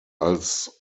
als